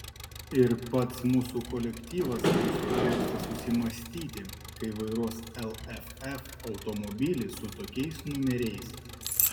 ir pats mūsų kolektyvas bus priverstas susimąstyti kai vairuos lff automobilį su tokiais numeriais